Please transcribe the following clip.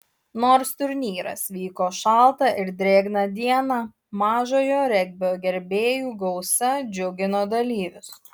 nors turnyras vyko šaltą ir drėgną dieną mažojo regbio gerbėjų gausa džiugino dalyvius